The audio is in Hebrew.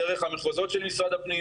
דרך המחוזות של משרד הפנים.